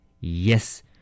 Yes